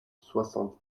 soixante